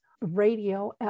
radio